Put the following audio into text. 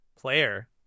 Player